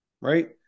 right